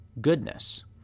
goodness